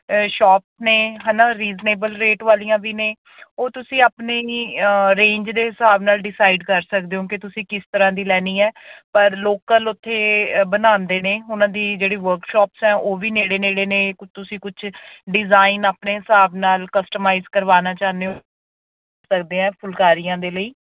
shop ਨੇ ਹੈ ਨਾ ਰੀਜਨੇਬਲ ਰੇਟ ਵਾਲੀਆਂ ਵੀ ਨੇ ਉਹ ਤੁਸੀਂ ਆਪਣੇ ਹੀ ਰੇਂਜ ਦੇ ਹਿਸਾਬ ਨਾਲ ਡਿਸਾਈਡ ਕਰ ਸਕਦੇ ਹੋ ਕਿ ਤੁਸੀਂ ਕਿਸ ਤਰ੍ਹਾਂ ਦੀ ਲੈਣੀ ਹੈ ਪਰ ਲੋਕਲ ਉੱਥੇ ਬਣਾਉਂਦੇ ਨੇ ਉਹਨਾਂ ਦੀ ਜਿਹੜੀ ਵਰਕਸ਼ੌਪਸ ਹੈ ਉਹ ਵੀ ਨੇੜੇ ਨੇੜੇ ਨੇ ਤੁਸੀਂ ਕੁਛ ਡਿਜ਼ਾਇਨ ਆਪਣੇ ਹਿਸਾਬ ਨਾਲ ਕਸਟਮਾਈਜ਼ ਕਰਵਾਣਾ ਚਾਹੁੰਦੇ ਹੋ ਕਰਦੇ ਆ ਫੁਲਕਾਰੀਆਂ ਦੇ ਲਈ